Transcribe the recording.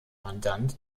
mandant